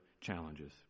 challenges